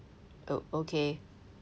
oh okay